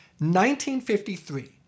1953